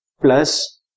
plus